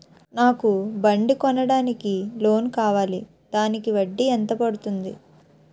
నాకు బండి కొనడానికి లోన్ కావాలిదానికి వడ్డీ ఎంత పడుతుంది?